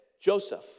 Joseph